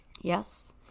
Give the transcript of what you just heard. Yes